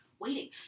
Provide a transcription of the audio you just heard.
waiting